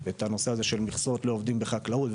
את המכסות לעובדים בחקלאות,